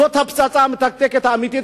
זאת הפצצה המתקתקת האמיתית.